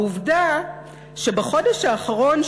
העובדה שבחודש האחרון,